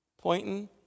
Pointing